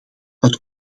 het